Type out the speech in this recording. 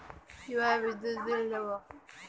কিভাবে বিদ্যুৎ বিল দেবো?